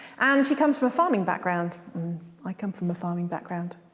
and she comes from a farming background i come from a farming background.